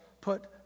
put